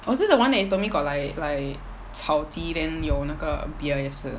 oh is it the one that you told me got like like 炒鸡 then 有那个: you na ge beer 也是